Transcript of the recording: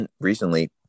recently